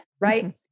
right